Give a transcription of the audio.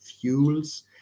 fuels